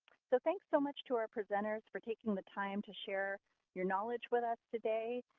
so, thanks so much to our presenters for taking the time to share your knowledge with us today.